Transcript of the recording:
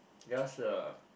theirs is uh